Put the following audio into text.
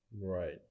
Right